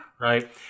right